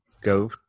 Go